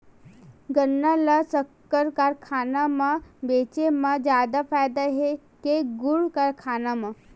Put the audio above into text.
गन्ना ल शक्कर कारखाना म बेचे म जादा फ़ायदा हे के गुण कारखाना म?